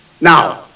Now